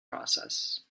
process